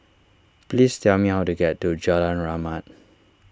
please tell me how to get to Jalan Rahmat